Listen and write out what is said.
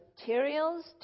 materials